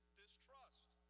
distrust